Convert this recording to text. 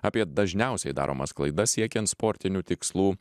apie dažniausiai daromas klaidas siekiant sportinių tikslų